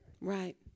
Right